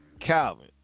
Calvin